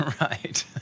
Right